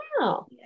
wow